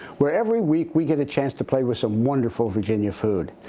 where every week, we get a chance to play with some wonderful virginia food.